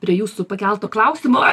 prie jūsų pakelto klausimo